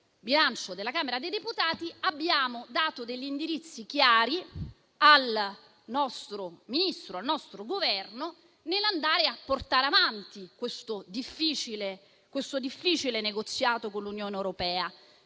bilancio della Camera dei deputati, abbiamo dato degli indirizzi chiari al nostro Ministro e al nostro Governo per portare avanti questo difficile negoziato con l'Unione europea